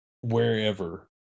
wherever